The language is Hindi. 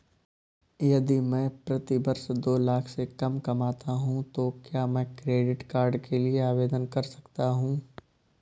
यदि मैं प्रति वर्ष दो लाख से कम कमाता हूँ तो क्या मैं क्रेडिट कार्ड के लिए आवेदन कर सकता हूँ?